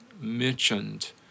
mentioned